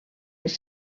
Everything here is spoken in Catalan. les